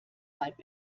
halb